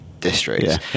districts